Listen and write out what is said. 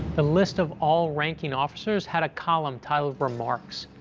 a list of all ranking officers had a column titled remarks,